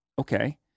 okay